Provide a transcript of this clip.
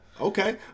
okay